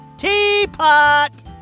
Teapot